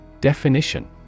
Definition